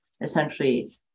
essentially